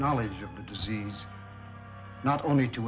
knowledge of the disease not only